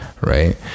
Right